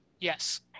Yes